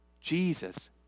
Jesus